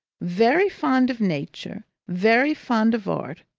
very fond of nature, very fond of art.